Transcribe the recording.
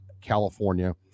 California